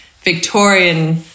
Victorian